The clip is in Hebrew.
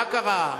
מה קרה?